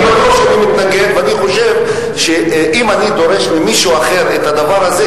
אני בטוח שאני מתנגד ואני חושב שאם אני דורש ממישהו אחר את הדבר הזה,